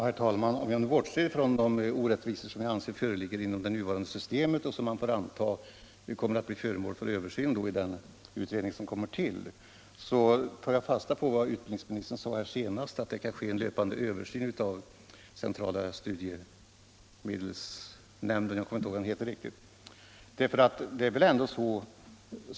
Herr talman! Om jag nu bortser från de orättvisor som jag anser föreligger inom det nuvarande systemet och som man får anta kommer att bli föremål för översyn av den utredning som kommer att tillsättas, tar jag fasta på vad utbildningsministern sade nu senast om att centrala studiehjälpsnämnden skall göra en löpande översyn av det studiesociala systemet.